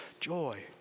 joy